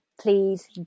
Please